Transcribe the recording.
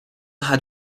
had